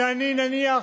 שאני, נניח,